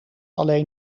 alleen